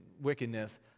wickedness